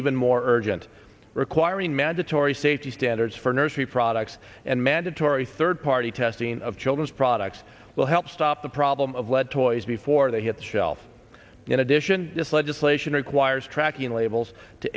even more urgent requiring mandatory safety standards for nursery products and mandatory third party testing of children's products will help stop the problem of lead toys before they hit the shelf in addition this legislation requires tracking labels to